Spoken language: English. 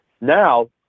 Now